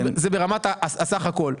זה ברמת הסך הכל.